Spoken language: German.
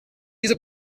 diese